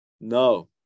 No